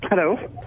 Hello